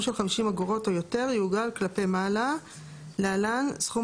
של חמישים אגורות או יותר יעוגל כלפי מעלה (להלן סכום